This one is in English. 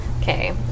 Okay